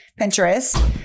Pinterest